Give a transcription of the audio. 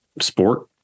sport